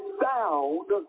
sound